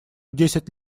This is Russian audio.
десять